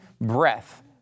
breath